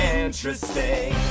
interesting